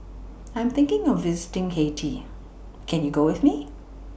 I Am thinking of visiting Haiti Can YOU Go with Me